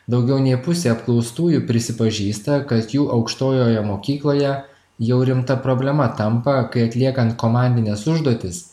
daugiau nei pusė apklaustųjų prisipažįsta kad jų aukštojoje mokykloje jau rimta problema tampa kai atliekant komandines užduotis